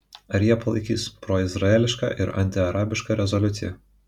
ar jie palaikys proizraelišką ir antiarabišką rezoliuciją